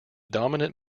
dominant